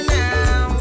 now